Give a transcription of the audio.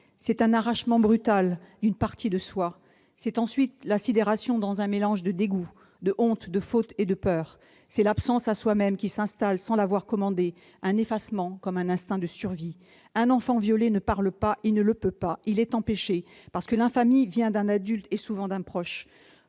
C'est un arrachement brutal d'une partie de soi. C'est ensuite la sidération dans un mélange de dégoût, de honte, de faute et de peur. C'est l'absence à soi-même qui s'installe sans l'avoir commandée, un effacement, comme un instinct de survie. Un enfant violé ne parle pas, il ne le peut pas, il est empêché, parce que l'infamie vient d'un adulte, souvent d'un proche.